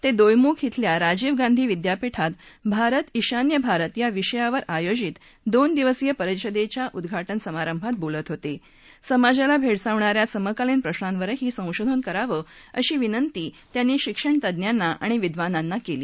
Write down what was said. तडीयमुख डील्या राजीव गांधी विद्यापीठात भारत ईशान्य भारत या विषयावर आयोजित दोन दिवसीय परिषदच्या उद्घाटन समारंभात बोलत होत समाजाला भव्हसावणाऱ्या समकालीन प्रश्नांवरही संशोधन कराव अशी विनंती त्यांनी शिक्षणतज्ञांना आणि विद्वानांना कली